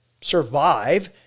survive